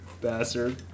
bastard